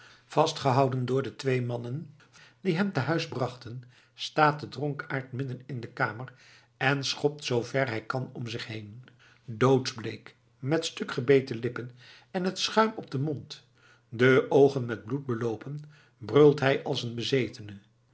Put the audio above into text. vastgehouden door de twee mannen die hem tehuis brachten staat de dronkaard midden in de kamer en schopt zoo ver hij kan om zich heen doodsbleek met stukgebeten lippen en t schuim op den mond de oogen met bloed beloopen brult hij als een bezetene